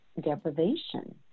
deprivation